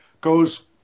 goes